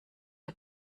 der